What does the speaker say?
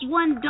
one